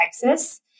Texas